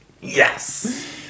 Yes